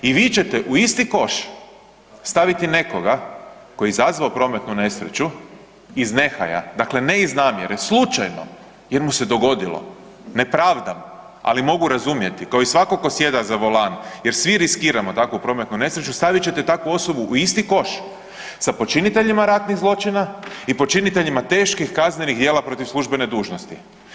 I vi ćete u isti koš staviti nekoga tko je izazvao prometnu nesreću iz nehaja, dakle ne iz namjere, slučajno jer mu se dogodilo, ne pravdam, ali mogu razumjeti kao i svako ko sjeda za volan jer svi riskiramo takvu prometnu nesreću stavit ćete takvu osobu u isti koš sa počiniteljima ratnih zločina i počiniteljima teških kaznenih djela protiv službene dužnosti.